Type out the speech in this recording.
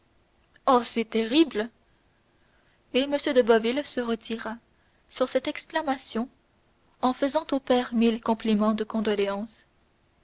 c'est terrible et m de boville se retira sur cette exclamation en faisant au père mille compliments de condoléance